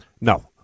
No